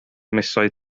misoedd